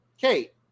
Kate